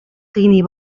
кыйный